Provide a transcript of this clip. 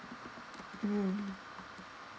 mm